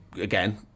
again